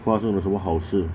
发生了什么好事